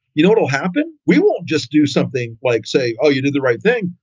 you know, it'll happen. we will just do something like say, oh, you did the right thing.